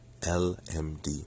lmd